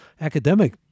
academic